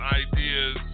ideas